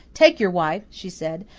take your wife, she said,